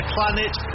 Planet